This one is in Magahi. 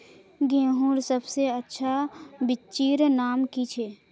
गेहूँर सबसे अच्छा बिच्चीर नाम की छे?